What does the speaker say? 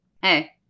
hey